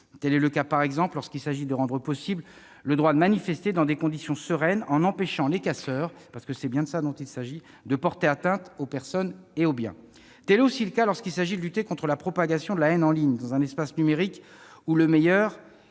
Tel est le cas, par exemple, lorsqu'il s'agit de rendre possible le droit de manifester dans des conditions sereines en empêchant les casseurs- car c'est bien de ce cela dont il s'agit -de porter atteinte aux personnes et aux biens. Tel est aussi le cas lorsqu'il s'agit de lutter contre la propagation de la haine en ligne dans un espace numérique où le meilleur